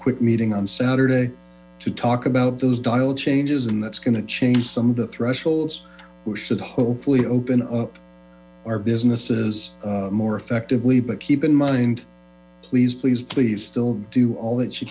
quick meeting on saturday to talk about those dial changes and that's going to change some thresholds which should hopefully open up our businesses more effectively but keep in mind please please please still do all that sh